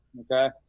Okay